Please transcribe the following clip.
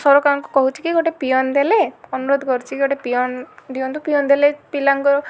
ସରକାରଙ୍କୁ କହୁଛି କି ଗୋଟେ ପିଅନ ଦେଲେ ଅନୁରୋଧ କରୁଛି କି ଗୋଟେ ପିଅନ ଦିଅନ୍ତୁ ପିଅନ ଦେଲେ ପିଲାଙ୍କ